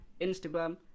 Instagram